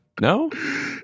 No